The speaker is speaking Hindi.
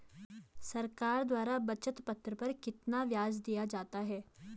सरकार द्वारा बचत पत्र पर कितना ब्याज दिया जाता है?